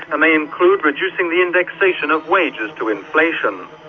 and they include reducing the indexation of wages to inflation.